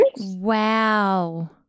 Wow